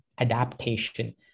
adaptation